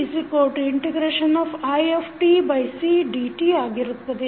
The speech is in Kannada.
ಆಗಿರುತ್ತೆ